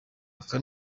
aka